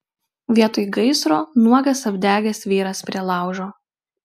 vietoj gaisro nuogas apdegęs vyras prie laužo